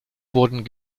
wurden